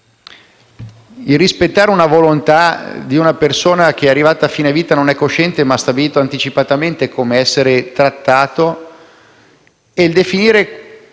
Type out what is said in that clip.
il rispetto della volontà di una persona che, arrivata a fine vita, non è cosciente, ma ha stabilito anticipatamente come essere trattata, e la definizione